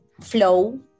Flow